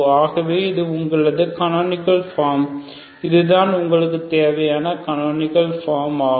ஆகவே இது உங்களது கனோனிகல் பார்ம் இதுதான் உங்களுக்கு தேவையான கனோனிகல் பார்ம் ஆகும்